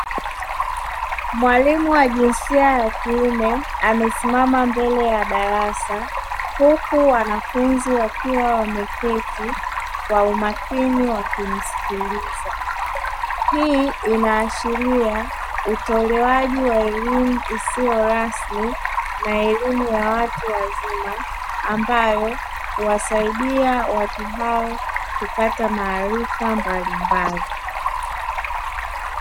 Mwalimu wa jinsia ya kiume amesimama mbele ya darasa, huku wanafunzi wakiwa wameketi kwa umakini wakimsikiliza. Hii inaashiria utolewaji wa elimu isiyorasmi na elimu ya watu wazima, ambayo huwasaidia watu hao kupata maarifa mbalimbali.